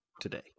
today